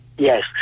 Yes